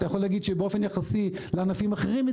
אתה יכול להגיד שבאופן יחסי לענפים אחרים היא גבוהה.